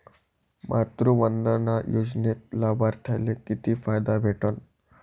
मातृवंदना योजनेत लाभार्थ्याले किती फायदा भेटन?